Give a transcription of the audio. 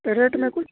rate میں کچھ